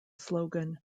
slogan